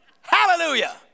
Hallelujah